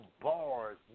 bars